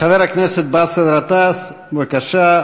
חבר הכנסת באסל גטאס, בבקשה.